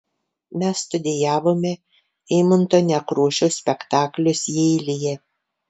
mes studijavome eimunto nekrošiaus spektaklius jeilyje